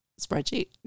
spreadsheet